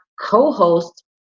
co-host